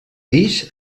guix